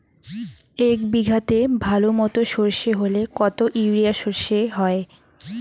এক বিঘাতে ভালো মতো সর্ষে হলে কত ইউরিয়া সর্ষে হয়?